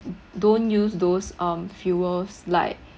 don't use those of um fuels like